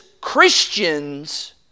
Christians